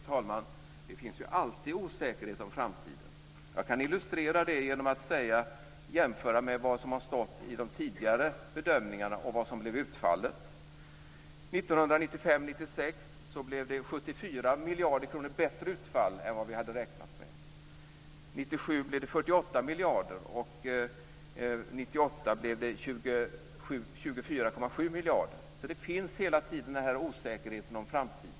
Fru talman! Det finns alltid osäkerhet om framtiden. Jag kan illustrera det genom att jämföra det som har stått i de tidigare bedömningarna med det som blev utfallet. 1995/96 blev det 74 miljarder kronor bättre utfall än vad vi hade räknat med. 1997 blev det 48 miljarder, och 1998 blev det 24,7 miljarder. Osäkerhet om framtiden finns alltid.